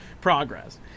progress